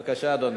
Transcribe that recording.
בבקשה, אדוני.